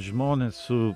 žmonės su